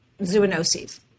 zoonoses